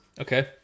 Okay